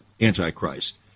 Antichrist